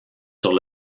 sur